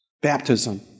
Baptism